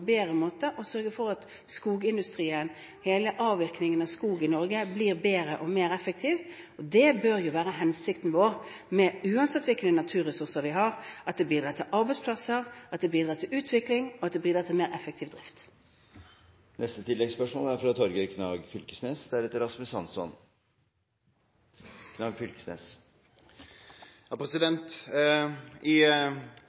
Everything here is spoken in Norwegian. bedre måte og sørge for at skogindustrien, hele avvirkningen av skog i Norge, blir bedre og mer effektiv. Og det bør jo være hensikten vår, uansett hvilke naturressurser vi har, at det bidrar til arbeidsplasser, at det bidrar til utvikling, og at det bidrar til mer effektiv drift. Torgeir Knag Fylkesnes